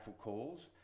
calls